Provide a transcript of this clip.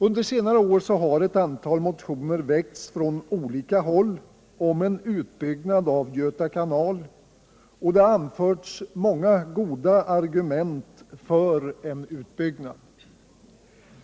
Under senare år har det från olika håll väckts ett antal motioner om en utbyggnad av Göta kanal, och det har anförts många goda argument för en utbyggnad.